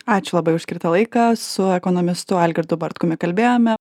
ačiū labai už skirtą laiką su ekonomistu algirdu bartkumi kalbėjome